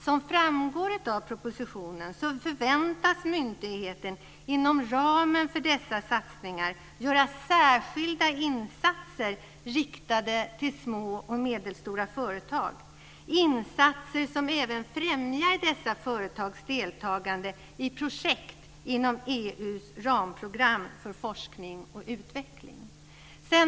Som framgår av propositionen förväntas myndigheten inom ramen för dessa satsningar göra särskilda insatser riktade till små och medelstora företag, insatser som även främjar dessa företags deltagande i projekt inom EU:s ramprogram för forskning och utveckling.